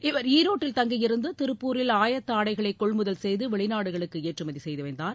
இவர் ஈரோட்டில் தங்கியிருந்து திருப்பூரில் ஆயத்த ஆடைகளை கொள்முதல் செய்து வெளிநாடுகளுக்கு ஏற்றுமதி செய்து வந்தார்